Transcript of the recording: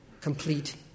complete